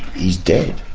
he's dead.